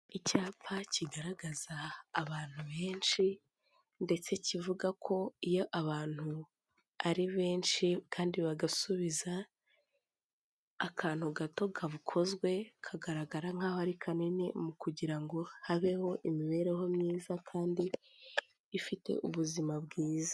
Icyapa kigaragaza abantu benshi ndetse kivuga ko iyo abantu ari benshi kandi bagasubiza akantu gato gakozwe kagaragara nk'aho ari kanini mu kugira ngo habeho imibereho myiza kandi ifite ubuzima bwiza.